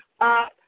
up